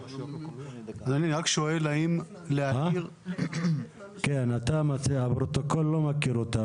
אדוני, האם הדרך תהיה להציג הערות לגבי